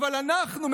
אלא אנחנו,